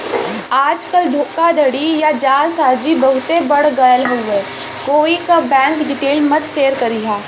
आजकल धोखाधड़ी या जालसाजी बहुते बढ़ गयल हउवे कोई क बैंक डिटेल मत शेयर करिहा